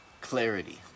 Clarity